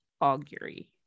Augury